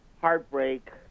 heartbreak